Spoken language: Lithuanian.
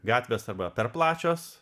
gatvėse vat per plačios